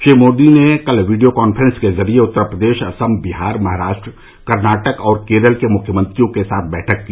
श्री मोदी ने कल video conference के जरिए उत्तर प्रदेश असम बिहार महाराष्ट्र कर्नाटक और केरल के मुख्यमंत्रियों के साथ बैठक की